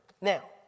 Now